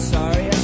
Sorry